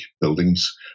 buildings